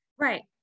Right